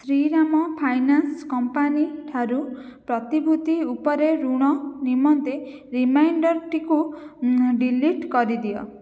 Shriram finance company ଠାରୁ ପ୍ରତିଭୂତି ଉପରେ ଋଣ ନିମନ୍ତେ ରିମାଇଣ୍ଡର୍ଟିକୁ ଡିଲିଟ୍ କରିଦିଅ